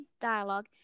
dialogue